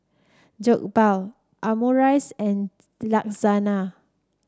Jokbal Omurice and Lasagna